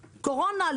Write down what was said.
קורונה,